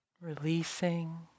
Releasing